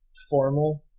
formal,